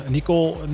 Nicole